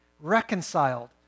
reconciled